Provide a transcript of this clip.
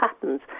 patterns